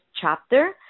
chapter